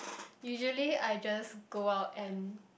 usually I just go out and